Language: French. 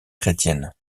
chrétienne